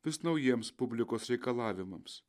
vis naujiems publikos reikalavimams